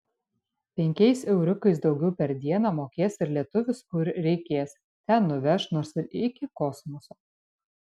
penkiais euriukais daugiau per dieną mokės ir lietuvis kur reikės ten nuveš nors ir iki kosmoso